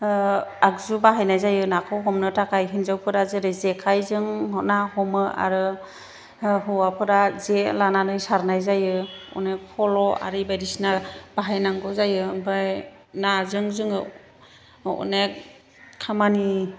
आगजु बाहायनाय जायो नाखौ हमनो थाखाय हिनजावफोरा जेरै जेखाय जों ना हमो आरो हौवाफोरा जे लानानै सारनाय जायो अनेक फल' आरि बायदिसिना बाहायनांगौ जायो नाजों जोङो अनेक खामानि